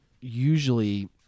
usually